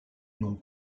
nom